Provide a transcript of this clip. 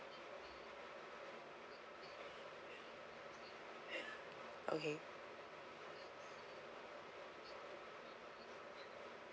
okay